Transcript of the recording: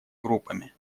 группами